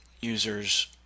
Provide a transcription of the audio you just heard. users